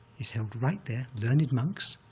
is held right there, learned monks,